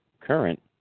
current